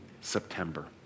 september